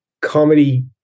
comedy